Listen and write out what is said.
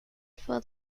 for